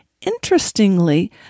Interestingly